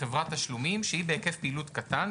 חברת תשלומים שהיא בהיקף פעילות קטן,